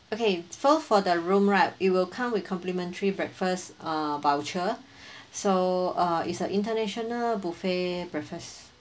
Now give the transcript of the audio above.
okay so for the room right it will come with complimentary breakfast err voucher so err it's an international buffet breakfast